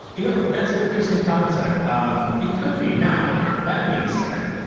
you know that's an interesting concept. um it could be, now that being said,